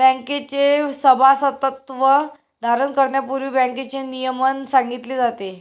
बँकेचे सभासदत्व धारण करण्यापूर्वी बँकेचे नियमन सांगितले जाते